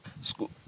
school